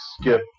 skip